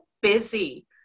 busy